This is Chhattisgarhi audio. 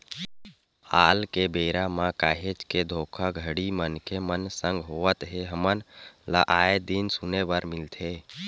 आल के बेरा म काहेच के धोखाघड़ी मनखे मन संग होवत हे हमन ल आय दिन सुने बर मिलथे